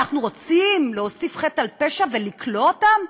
אנחנו רוצים להוסיף חטא על פשע ולכלוא אותם,